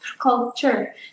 culture